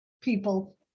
people